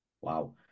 wow